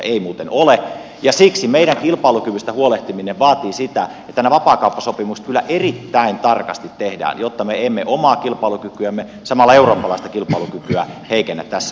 ei muuten ole ja siksi meidän kilpailukyvystä huolehtiminen vaatii sitä että nämä vapaakauppasopimukset kyllä erittäin tarkasti tehdään jotta me emme omaa kilpailukykyämme samalla eurooppalaista kilpailukykyä heikennä tässä